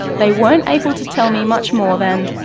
they weren't able to tell me much more than,